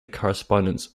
correspondence